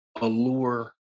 allure